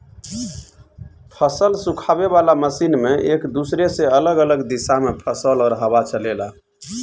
फसल सुखावे वाला मशीन में एक दूसरे से अलग अलग दिशा में फसल और हवा चलेला